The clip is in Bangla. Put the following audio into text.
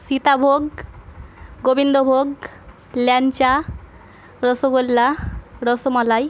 সীতাভোগ গোবিন্দভোগ ল্যাংচা রসগোল্লা রসমালাই